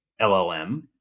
LLM